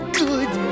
good